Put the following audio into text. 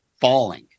falling